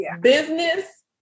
business